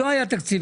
לא היה תקציב.